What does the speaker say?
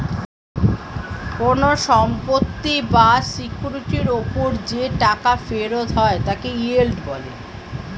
কোন সম্পত্তি বা সিকিউরিটির উপর যে টাকা ফেরত হয় তাকে ইয়েল্ড বলে